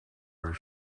where